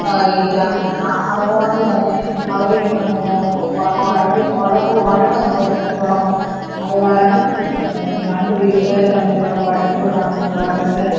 ഇല്ല ആ അതുപോലെയൊക്കെ തന്നെ അവർ വഴക്കിന് വഴക്കങ്ങു തുടങ്ങും അതുകാരണം രണ്ടു വീട്ടുകാർ തമ്മിലുള്ള വഴക്കുകളാണുണ്ടാവുന്നത്